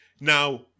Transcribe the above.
Now